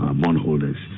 bondholders